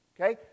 Okay